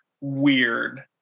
weird